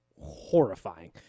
horrifying